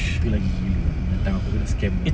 itu lagi gila ah binatang aku kena scam ah